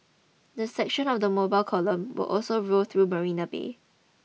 the section of the mobile column will also roll through Marina Bay